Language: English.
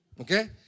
Okay